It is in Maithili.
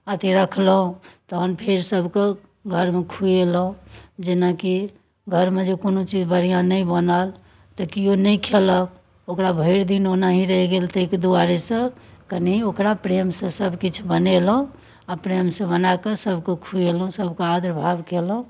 अथि रखलहुँ तखन फेर सभकेँ घरमे खुएलहुँ जेनाकि घरमे जे कोनो चीज बढ़िआँ नहि बनल तऽ केओ नहि खयलक ओकरा भरि दिन ओनाही रहि गेल ताहिके दुआरेसँ कनि ओकरा प्रेमसँ सभकिछु बनेलहुँ आ प्रेमसँ बना कऽ सभकेँ खुएलहुँ सभके आदर भाव कयलहुँ